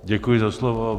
Děkuji za slovo.